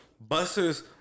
busters